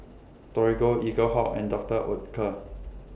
Torigo Eaglehawk and Doctor Oetker